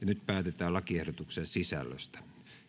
nyt päätetään lakiehdotuksen sisällöstä